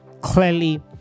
clearly